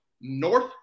North